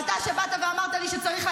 את יכולה לפנות אליי.